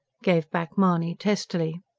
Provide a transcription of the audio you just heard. gave back mahony testily.